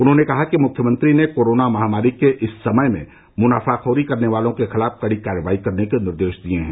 उन्होंने कहा कि मुख्यमंत्री ने कोरोना महामारी के इस समय में मुनाफाखोरी करने वालों के खिलाफ कड़ी कार्रवाई करने के निर्देश दिए हैं